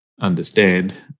understand